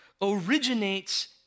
originates